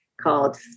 called